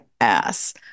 ass